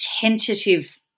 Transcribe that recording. tentative